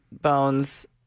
bones